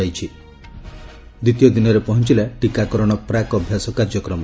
ଦ୍ୱିତୀୟ ଦିନରେ ପହଞ୍ଚଲା ଟୀକାକରଣ ପ୍ରାକ୍ ଅଭ୍ୟାସ କାର୍ଯ୍ୟକ୍ରମ